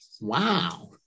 Wow